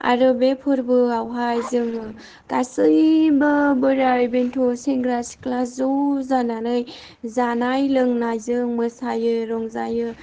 आरो बे फोरबोआवहाय जोङो गासैबो बोराय बेन्थ' सेंग्रा सिख्ला ज' जानानै जानाय लोंनाय जों मोसायो रंजायो